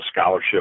scholarship